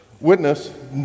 Witness